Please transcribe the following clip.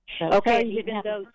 Okay